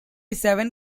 seven